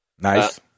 nice